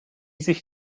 sich